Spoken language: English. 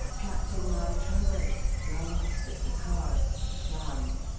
captain maltravers glanced at the card, frowned,